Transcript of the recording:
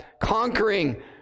conquering